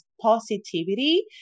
positivity